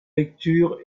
lecture